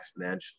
exponentially